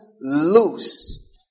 loose